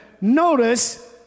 Notice